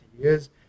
years